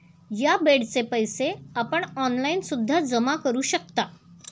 या बेडचे पैसे आपण ऑनलाईन सुद्धा जमा करू शकता